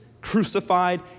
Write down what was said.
crucified